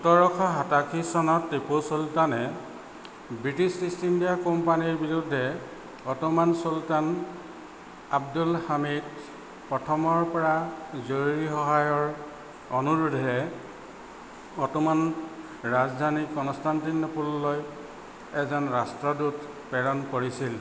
সোতৰশ সাতাশী চনত টিপু চুলতানে ব্ৰিটিছ ইষ্ট ইণ্ডিয়া কোম্পানীৰ বিৰুদ্ধে অটোমান চুলতান আব্দুল হামিদ প্ৰথমৰ পৰা জৰুৰী সহায়ৰ অনুৰোধেৰে অটোমান ৰাজধানী কনষ্টাণ্টিনোপললৈ এজন ৰাজদূত প্ৰেৰণ কৰিছিল